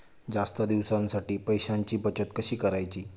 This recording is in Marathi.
जास्त दिवसांसाठी पैशांची बचत कशी करायची?